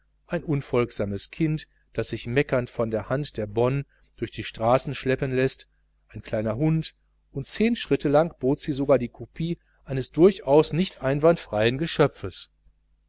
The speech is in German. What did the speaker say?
ein unfolgsames kind das sich meckernd von der hand der bonne durch die straßen schleppen läßt ein kleiner hund und zehn schritte lang bot sie sogar die kopie eines durchaus nicht einwandfreien geschöpfes